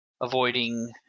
avoiding